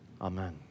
Amen